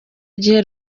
gihe